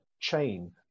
chain